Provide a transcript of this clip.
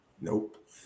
Nope